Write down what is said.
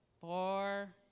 four